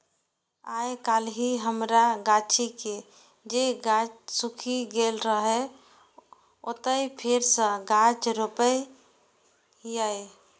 आइकाल्हि हमरा गाछी के जे गाछ सूखि गेल रहै, ओतय फेर सं गाछ रोपै छियै